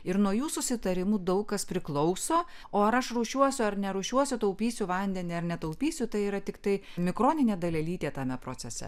ir nuo jų susitarimų daug kas priklauso o ar aš rūšiuosiu ar nerūšiuosiu taupysiu vandenį ar netaupysiu tai yra tiktai mikroninė dalelytė tame procese